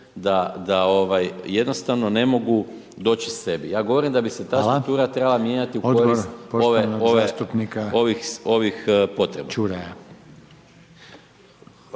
da jednostavno ne mogu doći sebi. Ja govorim da bi se .../Upadica: Hvala./...ta struktura trebala mijenjati iz ovih potreba.